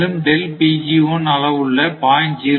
மேலும் அளவுள்ள 0